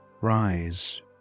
rise